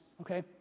okay